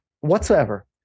whatsoever